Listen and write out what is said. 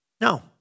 No